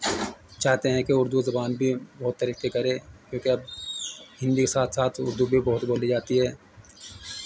چاہتے ہیں کہ اردو زبان بھی بہت ترقی کرے کیونکہ اب ہندی کے ساتھ ساتھ اردو بھی بہت بولی جاتی ہے